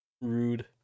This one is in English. Rude